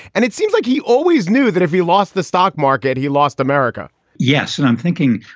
and it seems like he always knew that if he lost the stock market, he lost america yes. and i'm thinking,